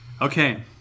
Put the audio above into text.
Okay